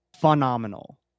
phenomenal